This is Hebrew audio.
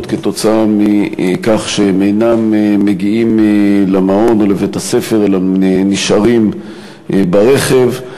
כתוצאה מכך שהם אינם מגיעים למעון או לבית-הספר אלא נשארים ברכב,